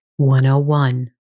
101